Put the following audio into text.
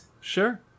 Sure